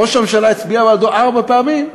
ראש הממשלה הצביע בעדו ארבע פעמים,